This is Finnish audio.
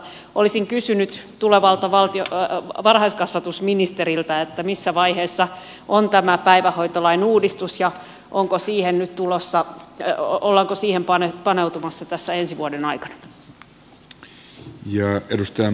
olisin kysynyt tulevalta varhaiskasvatusministeriltä missä vaiheessa on tämä päivähoitolain uudistus ja ollaanko siihen paneutumassa tässä ensi vuoden aikana